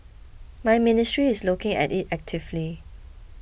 my ministry is looking at it actively